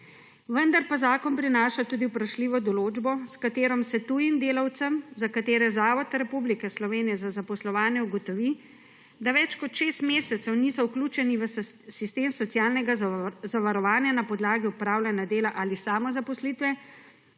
Vendar pa zakon prinaša tudi vprašljivo določbo, s katero se tujim delavcem, za katere Zavod Republike Slovenije za zaposlovanje ugotovi, da več kot šest mesecev niso vključeni v sistem socialnega zavarovanja na podlagi opravljanja dela ali samozaposlitve,